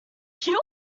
pure